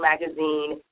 Magazine